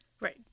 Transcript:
Right